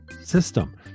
system